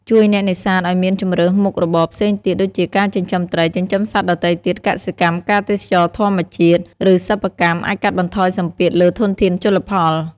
ជួយអ្នកនេសាទឱ្យមានជម្រើសមុខរបរផ្សេងទៀត ដូចជាការចិញ្ចឹមត្រី ចិញ្ចឹមសត្វដទៃទៀត កសិកម្ម ការទេសចរណ៍ធម្មជាតិ ឬសិប្បកម្ម អាចកាត់បន្ថយសម្ពាធលើធនធានជលផល។